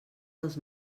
dels